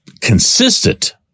consistent